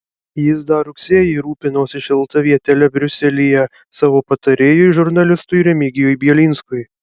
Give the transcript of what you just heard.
jis dar rugsėjį rūpinosi šilta vietele briuselyje savo patarėjui žurnalistui remigijui bielinskui